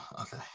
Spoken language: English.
Okay